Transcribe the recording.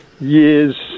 years